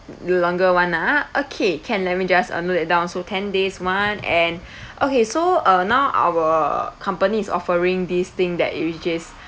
the longer one ah okay can let me just uh note it down so ten days one and okay so uh now our company is offering this thing that it which is